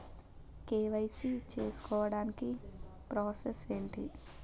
KYC చేసుకోవటానికి process ఏంటి?